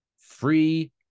Free